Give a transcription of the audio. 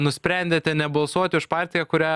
nusprendėte nebalsuoti už partiją kurią